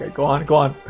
go on, go on.